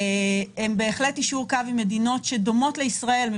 יישור קו עם מדינות שדומות לישראל.